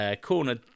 Corner